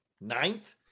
ninth